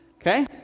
Okay